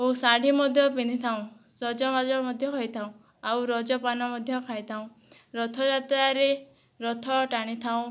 ଓ ଶାଢ଼ୀ ମଧ୍ୟ ପିନ୍ଧିଥାଉଁ ସଜବାଜ ମଧ୍ୟ ହୋଇଥାଉଁ ଆଉ ରଜପାନ ମଧ୍ୟ ଖାଇଥାଉଁ ରଥଯାତ୍ରାରେ ରଥ ଟାଣିଥାଉଁ